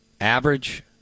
Average